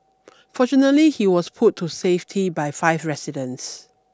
fortunately he was pulled to safety by five residents